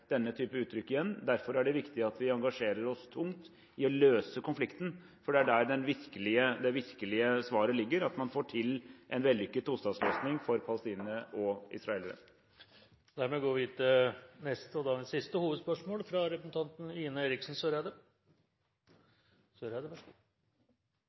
denne typen uttrykk igjen. Derfor er det viktig at vi engasjerer oss tungt i å løse konflikten, for det er der det virkelige svaret ligger, at man får til en vellykket tostatsløsning for palestinere og israelere. Vi går videre til neste, og dagens siste, hovedspørsmål. Mitt spørsmål går til utenriksministeren. Regjeringa varslet på mandag at den vil vurdere å